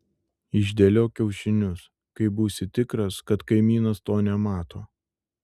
išdėliok kiaušinius kai būsi tikras kad kaimynas to nemato